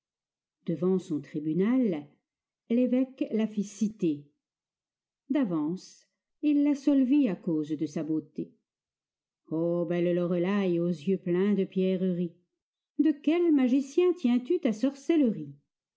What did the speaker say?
devant son tribunal l'évêque la fit citer d'avance il l'absolvit à cause de sa beauté ô belle loreley aux yeux pleins de pierreries de quel magicien tiens-tu ta sorcellerie